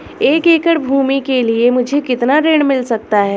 एक एकड़ भूमि के लिए मुझे कितना ऋण मिल सकता है?